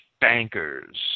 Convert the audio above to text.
bankers